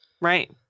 Right